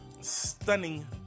Stunning